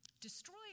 Destroy